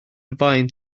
faint